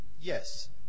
yes